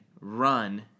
run